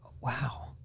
Wow